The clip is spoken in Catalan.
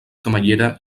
camallera